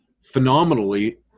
phenomenally